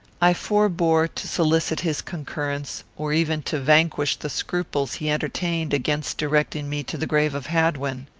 i forbore to solicit his concurrence, or even to vanquish the scruples he entertained against directing me to the grave of hadwin.